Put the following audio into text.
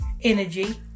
energy